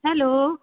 hello